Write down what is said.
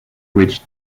which